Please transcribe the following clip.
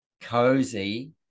cozy